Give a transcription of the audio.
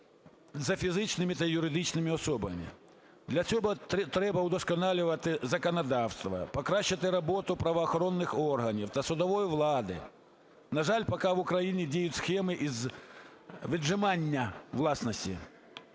за фізичними та юридичними особами. Для цього треба вдосконалювати законодавство, покращити роботу правоохоронних органів та судової влади. На жаль, поки в Україні діють схеми із віджимання власності.